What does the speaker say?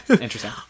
interesting